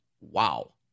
Wow